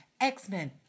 X-Men